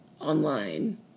online